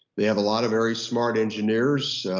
they have a lot of very smart engineers,